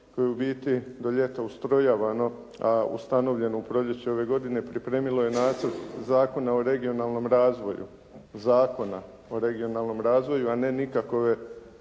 je u biti do ljeta ustrojavano, a ustanovljeno u proljeće ove godine pripremilo je nacrt zakona o regionalnom razvoju Zakona o regionalnom razvoju, a ne nikakove